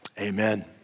Amen